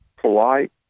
polite